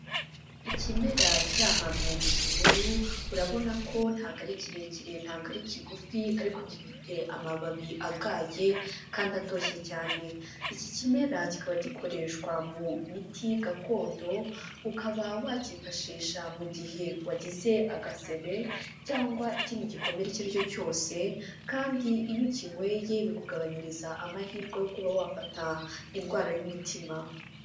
Ikimera kiri ahantu mu gihuru, urabona ko ntabwo ari kirekire ntabwo ari kigufi ariko gifite amababi agaye kandi atoshye cyane, iki kimera kikaba gikoreshwa mu miti gakondo, ukaba wakiyifashisha mu gihe wagize agasebe cyangwa ikindi gikomere icyo ari cyo cyose kandi iyo ukinyweye bikugabanyiriza amahirwe yo kuba wafata indwara y'umutima.